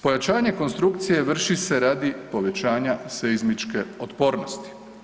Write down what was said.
Pojačanje konstrukcije vrši se radi povećanja seizmičke otpornosti.